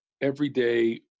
everyday